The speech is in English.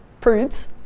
prudes